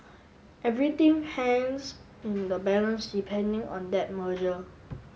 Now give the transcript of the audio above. everything hangs in the balance depending on that merger